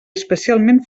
especialment